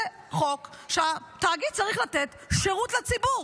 זה חוק שהתאגיד צריך לתת שירות לציבור,